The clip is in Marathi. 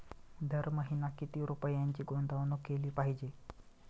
दर महिना किती रुपयांची गुंतवणूक केली पाहिजे?